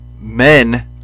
men